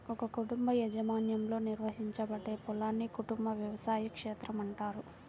ఒక కుటుంబ యాజమాన్యంలో నిర్వహించబడే పొలాన్ని కుటుంబ వ్యవసాయ క్షేత్రం అంటారు